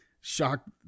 shocked